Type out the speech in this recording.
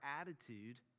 attitude